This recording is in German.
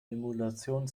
emulation